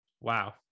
Wow